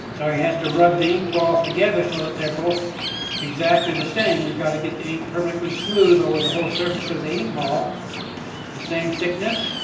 and so he has to rub the ink balls together so that they're both exactly the same. we've got to get the ink perfectly smooth over the whole surface of the ink ball the same thickness